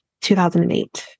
2008